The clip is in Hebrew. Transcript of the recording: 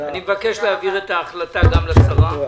מבקש להעביר את ההחלטה גם לשרה.